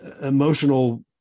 emotional